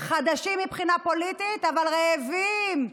חדשים מבחינה פוליטית, אבל רעבים.